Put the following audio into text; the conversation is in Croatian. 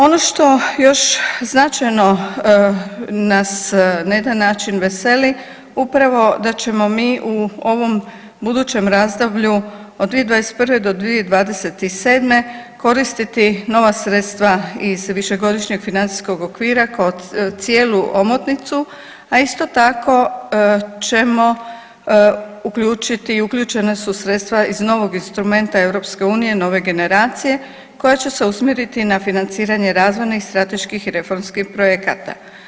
Ono što još značajno nas na jedan način veseli, upravo da ćemo mi u ovom budućem razdoblju od 2021. do 2027. koristiti nova sredstva iz Višegodišnjeg financijskog okvira, kod cijelu omotnicu, a isto ćemo uključiti i uključena su sredstva iz novog instrumenta EU nove generacije, koja će se usmjeriti na financiranje razvojnih, strateških i reformskih projekata.